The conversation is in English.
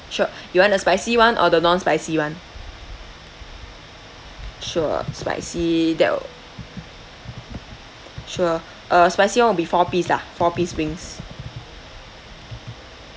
sure you want the spicy [one] or the non spicy [one] sure spicy tha~ sure uh spicy [one] will be four piece lah four piece wings